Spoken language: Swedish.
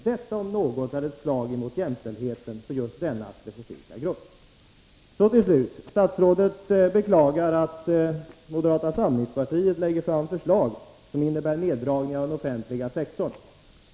Detta om något är ett slag mot jämställdheten för just denna grupp. Så till slut: Statsrådet beklagar att moderata samlingspartiet lägger fram förslag som innebär neddragning av den offentliga sektorn.